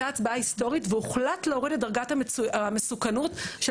הצבעה היסטורית והוחלט להוריד את דרגת המסוכנות של